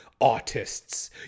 artists